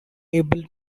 able